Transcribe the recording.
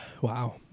Wow